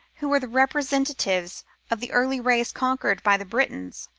who were the representatives of the early race conquered by the britons,